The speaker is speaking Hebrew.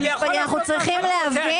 אנחנו צריכים להבין.